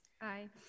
Aye